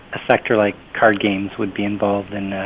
a sector like card games would be involved in